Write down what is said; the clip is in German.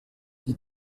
die